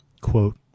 quote